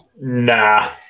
Nah